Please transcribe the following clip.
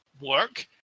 work